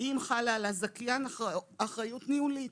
האם חלה על הזכיין אחריות ניהולית?